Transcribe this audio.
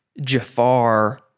Jafar